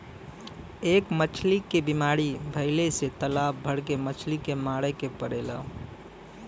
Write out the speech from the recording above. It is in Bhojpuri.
एक मछली के बीमारी भइले से तालाब भर के मछली के मारे के पड़ेला